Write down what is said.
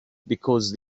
because